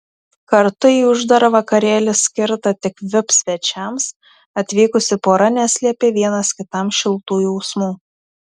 kartu į uždarą vakarėlį skirtą tik vip svečiams atvykusi pora neslėpė vienas kitam šiltų jausmų